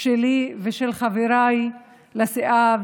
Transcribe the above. שלי ושל חבריי לסיעה,